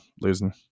losing